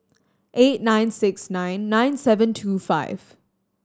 eight nine six nine nine seven two five